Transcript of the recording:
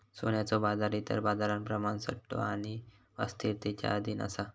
सोन्याचो बाजार इतर बाजारांप्रमाण सट्टो आणि अस्थिरतेच्या अधीन असा